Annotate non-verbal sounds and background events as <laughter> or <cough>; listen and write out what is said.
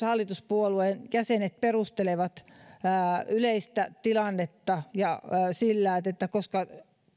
<unintelligible> hallituspuolueiden jäsenet perustelevat yleistä tilannetta sillä että koska